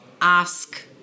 ask